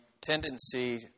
tendency